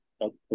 okay